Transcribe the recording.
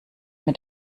mit